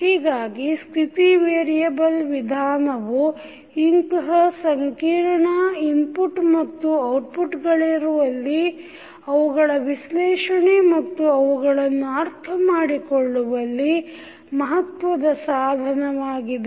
ಹೀಗಾಗಿ ಸ್ಥಿತಿ ವೇರಿಯೆಬಲ್ ವಿಧಾನವು ಇಂತಹ ಸಂಕೀರ್ಣ ಇನ್ಪುಟ್ ಮತ್ತು ಔಟ್ಪುಟ್ಗಳಿರುವಲ್ಲಿ ಅವುಗಳ ವಿಶ್ಲೇಷಣೆ ಮತ್ತು ಅವುಗಳನ್ನು ಅರ್ಥ ಮಾಡಿಕೊಳ್ಳುವಲ್ಲಿ ಮಹತ್ವದ ಸಾಧನವಾಗಿದೆ